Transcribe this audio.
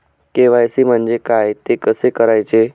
KYC म्हणजे काय? ते कसे करायचे?